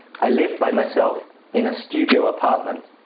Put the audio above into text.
i live by myself in a studio apartment.